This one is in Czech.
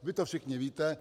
Vy to všichni víte.